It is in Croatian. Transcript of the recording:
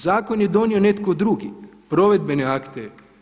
Zakon je donio netko drugi, provedbene akte.